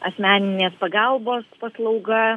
asmeninės pagalbos paslauga